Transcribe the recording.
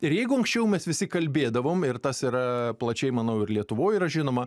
ir jeigu anksčiau mes visi kalbėdavom ir tas yra plačiai manau ir lietuvoj yra žinoma